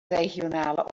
regionale